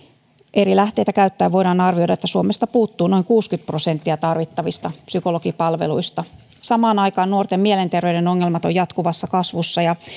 eri lähteitä käyttäen voidaan arvioida että suomesta puuttuu noin kuusikymmentä prosenttia tarvittavista psykologipalveluista samaan aikaan nuorten mielenterveyden ongelmat ovat jatkuvassa kasvussa ja